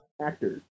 Actors